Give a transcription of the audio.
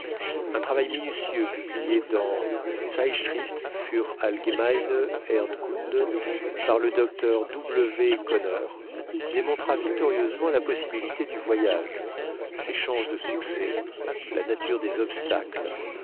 un travail minutieux publié dans zeitschrift für allgemeine erdkunde par le docteur w koner démontra victorieusement la possibilité du voyage ses chances de succès la nature des obstacles